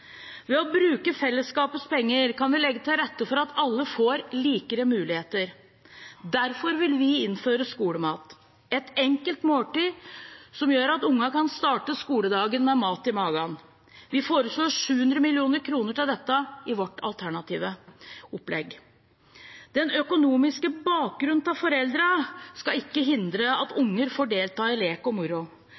Ved å bruke fellesskapets penger kan vi legge til rette for at alle får likere muligheter. Derfor vil vi innføre skolemat, et enkelt måltid som gjør at ungene kan starte skoledagen med mat i magen. Vi foreslår 700 mill. kr til dette i vårt alternative opplegg. Den økonomiske bakgrunnen til foreldre skal ikke hindre unger i å delta i lek og moro.